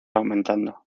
aumentando